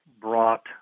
brought